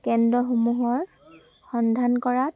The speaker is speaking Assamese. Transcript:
কেন্দ্ৰসমূহৰ সন্ধান কৰাত